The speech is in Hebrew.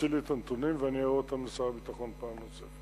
תמציא לי את הנתונים ואני אראה אותם לשר הביטחון פעם נוספת.